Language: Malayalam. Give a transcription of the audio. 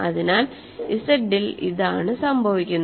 അതിനാൽ Z ൽ ഇതാണ് സംഭവിക്കുന്നത്